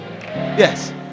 Yes